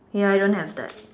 ya I don't have that